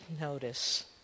notice